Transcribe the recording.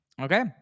okay